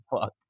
fuck